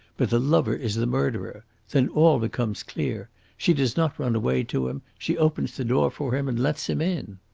but the lover is the murderer. then all becomes clear. she does not run away to him she opens the door for him and lets him in.